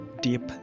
deep